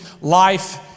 life